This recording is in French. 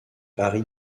harry